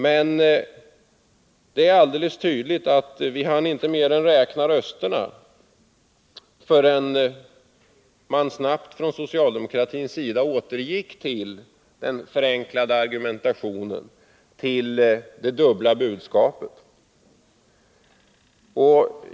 Men det är alldeles tydligt att vi inte hann mer än räkna rösterna förrän man på socialdemokratiskt håll snabbt återgick till den förenklade argumentationen, till det dubbla budskapet.